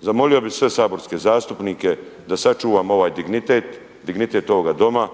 Zamolio bih sve saborske zastupnike da sačuvamo ovaj dignitet, dignitet ovoga Doma